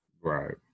Right